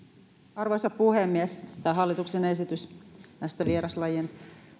arvoisa puhemies tämä hallituksen esitys